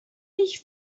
nicht